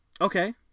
Okay